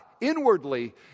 inwardly